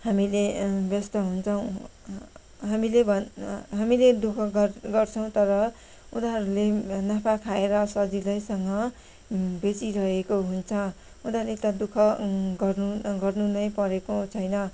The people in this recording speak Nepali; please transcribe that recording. हामीले व्यस्त हुन्छौँ हामीले भन हामीले दु ख गर्छौँ तर उनीहरूले नाफा खाएर सजिलैसँग बेचिरहेको हुन्छ उनीहरूले त दु ख गर्नु गर्नु नै परेको छैन